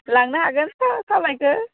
लांनो हागोन सा साफ्लायखो